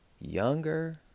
younger